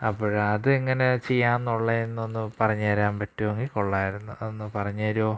അപ്പോൾ അതെങ്ങനെ ചെയ്യാമെന്നുള്ളതെന്നൊന്നു പറഞ്ഞു തരാൻ പറ്റുമെങ്കിൽ കൊള്ളാമായിരുന്നു അതൊന്നു പറഞ്ഞു തരുമോ